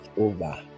over